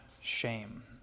shame